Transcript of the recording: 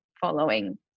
following